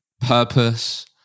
purpose